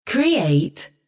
Create